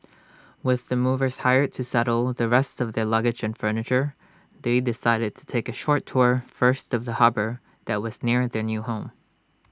with the movers hired to settle the rest of their luggage and furniture they decided to take A short tour first of the harbour that was near their new home